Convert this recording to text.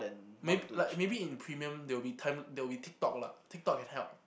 mayb~ like maybe in premium there'll be time there will be tik-tok lah tik-tok can help